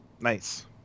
nice